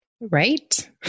Right